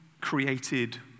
created